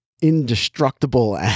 indestructible